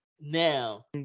Now